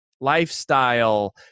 lifestyle